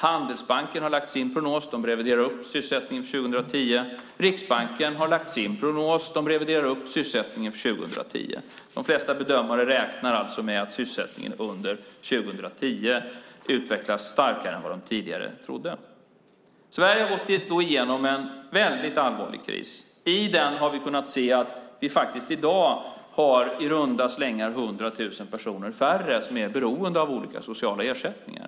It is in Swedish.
Handelsbanken har lagt fram sin prognos. De reviderar upp sysselsättningen för 2010. Riksbanken har lagt fram sin prognos. De reviderar upp sysselsättningen för 2010. De flesta bedömare räknar alltså med att sysselsättningen under 2010 utvecklas starkare än vad de tidigare trodde. Sverige har gått igenom en mycket allvarlig kris. Trots det kan vi se att vi i dag faktiskt har i runda slängar 100 000 personer färre som är beroende av olika sociala ersättningar.